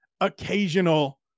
occasional